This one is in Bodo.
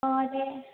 अ दे